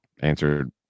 answered